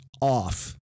off